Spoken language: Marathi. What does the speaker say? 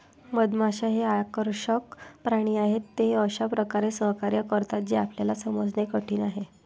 मधमाश्या हे आकर्षक प्राणी आहेत, ते अशा प्रकारे सहकार्य करतात जे आपल्याला समजणे कठीण आहे